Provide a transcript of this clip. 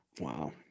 Wow